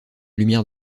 lumière